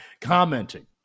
commenting